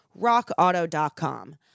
RockAuto.com